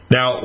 Now